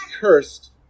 cursed